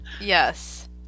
Yes